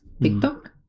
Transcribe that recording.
TikTok